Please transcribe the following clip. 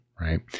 Right